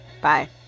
bye